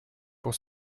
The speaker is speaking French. pour